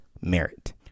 merit